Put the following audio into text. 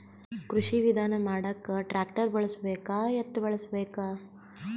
ಕೃಷಿ ವಿಧಾನ ಮಾಡಾಕ ಟ್ಟ್ರ್ಯಾಕ್ಟರ್ ಬಳಸಬೇಕ, ಎತ್ತು ಬಳಸಬೇಕ?